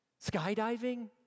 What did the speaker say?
Skydiving